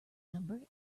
number